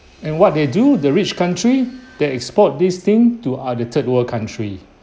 and what they do the rich country they export this thing to uh the third world country